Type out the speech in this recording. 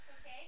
Okay